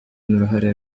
n’uruhare